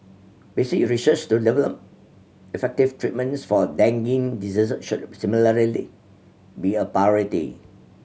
basic research to develop effective treatments for dengue disease should similarly be a priority